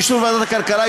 באישור ועדת הכלכלה,